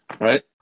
right